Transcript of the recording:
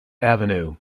avenue